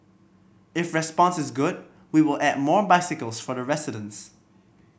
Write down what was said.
if response is good we will add more bicycles for the residents